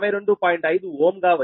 5 Ω గా వచ్చింది